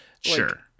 Sure